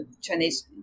Chinese